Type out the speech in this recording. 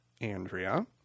Andrea